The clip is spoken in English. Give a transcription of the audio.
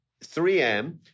3M